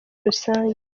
rusange